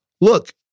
Look